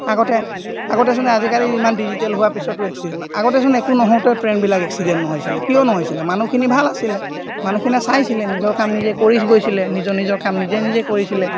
আগতে আগতে চোনে আজিকালি ইমান ডিজিটেল হোৱাৰ পিছতো এক্সিডেণ্ট আগতে চোন একো নহওঁতেও ট্ৰেইনবিলাক এক্সিডেণ্ট নহৈছিলে কিয় নহৈছিলে মানুহখিনি ভাল আছিলে মানুহখিনিয়ে চাইছিলে নিজৰ কাম নিজে কৰি গৈছিলে নিজৰ নিজৰ কাম নিজে নিজে কৰিছিলে